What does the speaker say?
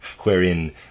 wherein